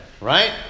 Right